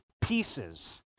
pieces